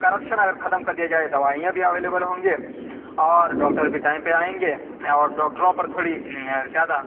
corruption اگر ختم کر دیا جائے دوائیاں بھی اویلیبل ہوں گے اور ڈاکٹر بھی ٹائم پہ آئیں گے اور ڈاکٹروں پر تھوڑی زیادہ